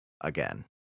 Again